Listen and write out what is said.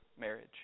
marriage